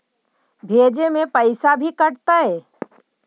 भेजे में पैसा भी कटतै?